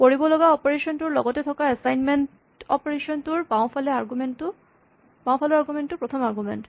কৰিব লগা অপাৰেচন টোৰ লগতে থকা এচাইনমেন্ট অপাৰেচন টোৰ বাওঁফালৰ আৰগুমেন্ট টো প্ৰথম আৰগুমেন্ট